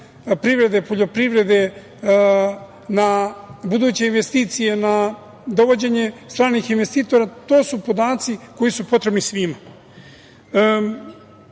privrede, poljoprivrede, na buduće investicije, na dovođenje stranih investitora. To su podaci koji su potrebni